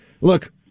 Look